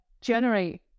generate